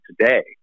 today